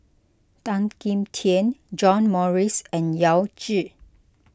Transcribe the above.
Tan Kim Tian John Morrice and Yao Zi